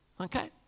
Okay